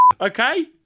Okay